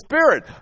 Spirit